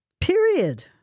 Period